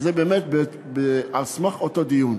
וזה היה באמת על סמך אותו דיון.